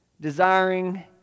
desiring